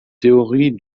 théorie